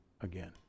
again